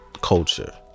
culture